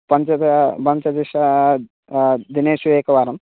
पञ्चजा पञ्चदश दिनेषु एकवारं